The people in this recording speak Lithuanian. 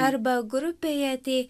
arba grupėje tai